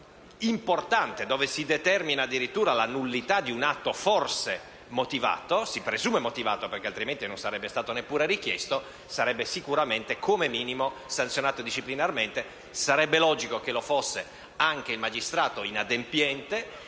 importante, che determina addirittura la nullità di una atto che si presume motivato (perché altrimenti non sarebbe stato neppure richiesto), sarebbe sicuramente, come minimo, sanzionato disciplinarmente. Sarebbe quindi logico che lo fosse anche il magistrato inadempiente;